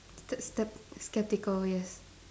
that's step skeptical yes